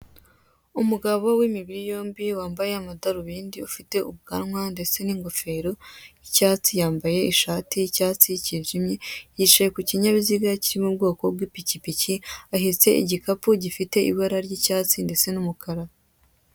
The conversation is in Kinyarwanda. Umugabo w'imibiri yombi wambaye amadarubindi, ufite ubwanwa ndetse n'ingofero y'icyatsi yambaye ishati y'icyatsi kijimye, yicaye ku kinyabiziga kiri mu bwoko bw'ipikipiki, ahetse igikapu gifite ibara ry'icyatsi ndetse n'umukara.